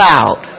out